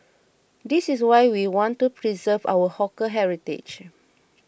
this is why we want to preserve our hawker heritage